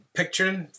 picturing